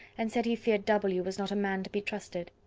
and said he feared w. was not a man to be trusted.